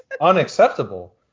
unacceptable